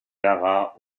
dara